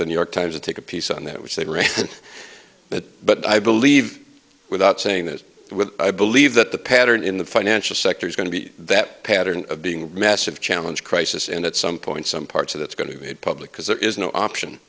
the new york times or take a piece on that which they write that but i believe without saying that with i believe that the pattern in the financial sector is going to be that pattern of being massive challenge crisis and at some point some parts of that's going to be made public because there is no option